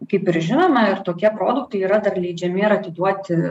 kaip ir žinoma ir tokie produktai yra dar leidžiami ir atiduoti